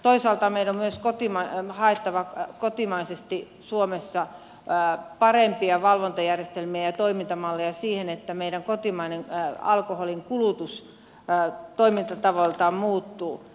toisaalta meidän on myös haettava kotimaisesti suomessa parempia valvontajärjestelmiä ja toimintamalleja siihen että meidän kotimainen alkoholinkulutus toimintatavoiltaan muuttuu